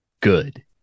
good